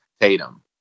Tatum